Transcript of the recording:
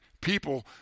people